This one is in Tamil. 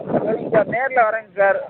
சரிங்க சார் நேர்ல வர்றேங்க சார்